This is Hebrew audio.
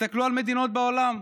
תסתכלו על מדינות בעולם,